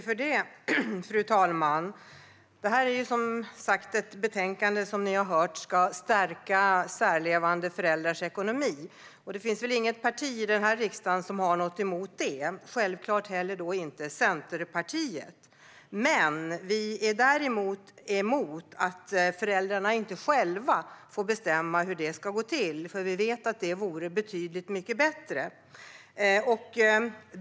Fru talman! Som ni har hört handlar detta betänkande om att stärka särlevande föräldrars ekonomi. Det finns inget parti i riksdagen som har något emot det, givetvis inte heller Centerpartiet. Vi är dock emot att föräldrarna inte själva får bestämma hur det ska gå till, för vi vet att det vore betydligt bättre.